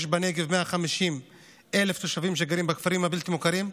יש בנגב 150,000 תושבים שגרים בכפרים הבלתי-מוכרים.